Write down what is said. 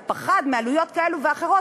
ופחד מעלויות כאלה ואחרות,